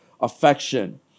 affection